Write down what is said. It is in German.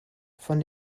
von